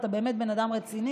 אתה באמת בן אדם רציני.